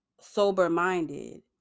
sober-minded